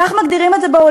כך מגדירים את זה בעולם.